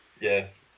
Yes